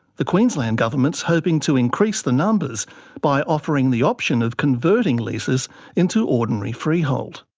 the queensland government is hoping to increase the numbers by offering the option of converting leases into ordinary freehold.